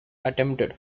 attempted